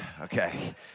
Okay